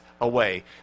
away